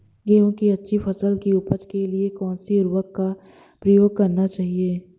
गेहूँ की अच्छी फसल की उपज के लिए कौनसी उर्वरक का प्रयोग करना चाहिए?